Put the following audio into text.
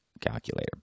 calculator